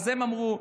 הם אמרו: